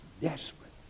desperate